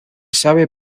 sabe